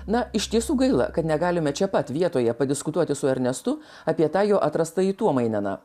na iš tiesų gaila kad negalime čia pat vietoje padiskutuoti su ernestu apie tą jo atrastąjį tuomaineną